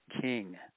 king